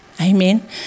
Amen